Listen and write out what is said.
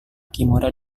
kimura